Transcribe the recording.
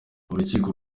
urukiko